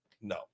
No